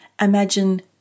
Imagine